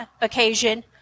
occasion